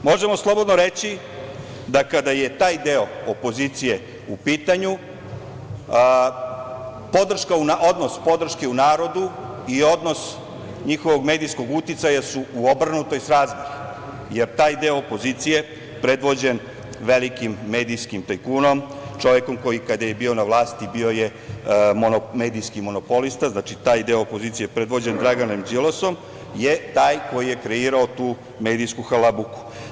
Možemo slobodno reći da kada je taj deo opozicije u pitanju odnos podrške u narodu i odnos njihovog medijskog uticaja su u obrnutoj srazmeri, jer taj deo opozicije predvođen velikim medijskim tajkunom, čovekom koji kada je bio na vlasti bio je medijski monopolista, znači taj deo opozicije predvođen Draganom Đilasom je taj koji je kreirao tu medijsku halabuku.